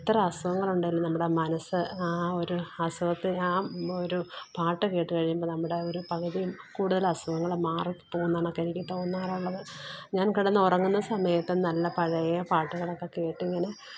എത്ര അസുഖങ്ങളുണ്ടേലും നമ്മുടെ മനസ് ആ ഒരു അസുഖത്തെ ആ ഒരു പാട്ട് കേട്ട് കഴിയുമ്പോൾ നമ്മുടെ ഒരു പകുതി കൂടുതൽ അസുഖങ്ങൾ മാറി പോകുന്നത് കണക്കാണ് എനിക്ക് ഇപ്പോൾ തോന്നാറുള്ളത് ഞാന് കിടന്ന് ഉറങ്ങുന്ന സമയത്തും നല്ല പഴയ പാട്ടുകളൊക്കെ കേട്ട് ഇങ്ങനെ